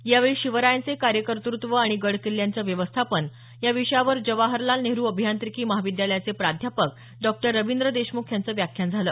यावेळी शिवरायांचे कार्यकर्तृत्व आणि गडकिल्यांचे व्यवस्थापन या विषयावर जवाहरलाल नेहरू अभियांत्रिकी महाविद्यालयाचे प्राध्यापक डॉक्टर रविंद्र देशमुख यांचं व्याख्यान झालं